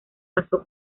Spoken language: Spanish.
pasó